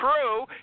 true